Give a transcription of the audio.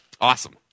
Awesome